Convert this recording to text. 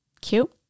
Cute